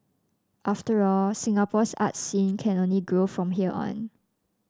after all Singapore's art scene can only grow from here on